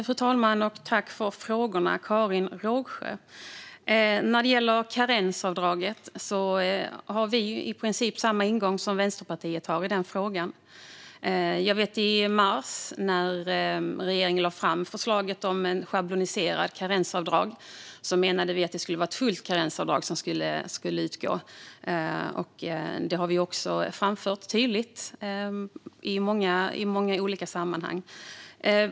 Fru talman! Jag tackar Karin Rågsjö för frågorna. När det gäller karensavdraget har vi i princip samma ingång som Vänsterpartiet. Redan i mars 2020 när regeringen lade fram förslaget om en schabloniserad karensersättning menade vi att full ersättning skulle utgå. Det har vi också framfört tydligt i många olika sammanhang.